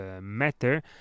matter